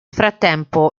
frattempo